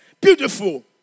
beautiful